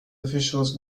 officials